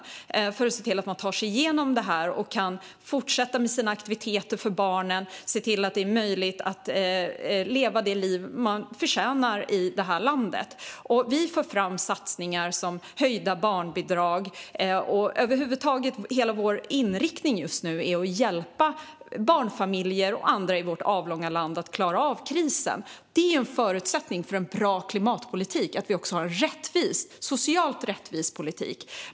Så kan man se till att de tar sig igenom det här och kan fortsätta med sina aktiveter för barnen och se till att det är möjligt att leva det liv man förtjänar i det här landet. Vi för fram satsningar som höjda barnbidrag. Över huvud taget är hela vår inriktning just nu att hjälpa barnfamiljer och andra i vårt avlånga land att klara av krisen. Det är en förutsättning för en bra klimatpolitik att vi också har en socialt rättvis politik.